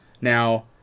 Now